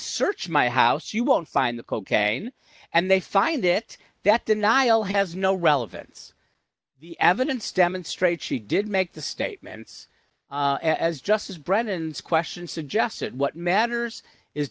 search my house you won't find the cocaine and they find it that denial has no relevance the evidence demonstrates she did make the statements as just as brennan's question suggests that what matters is